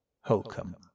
Holcomb